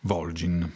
Volgin